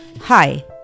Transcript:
Hi